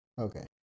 Okay